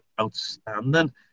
outstanding